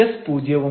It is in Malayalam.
s പൂജ്യവും